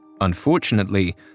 Unfortunately